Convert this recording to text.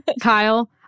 Kyle